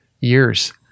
years